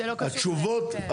התשובות,